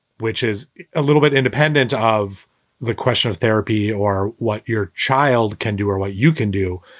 which is a little bit independent of the question of therapy or what your child can do or what you can do.